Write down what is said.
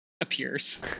appears